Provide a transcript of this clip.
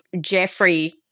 Jeffrey